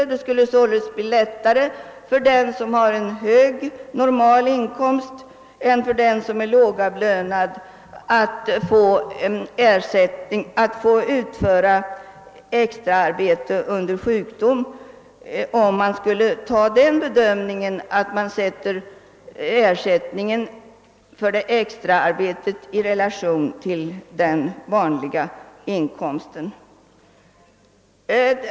Det skulle således bli lättare för den som har en hög normal inkomst än den som är lågavlönad att utföra extra arbete under sjukdom, om man skulle ha den bedömningen att man sätter ersättningen för extraarbete i relation till den vanliga inkomsten.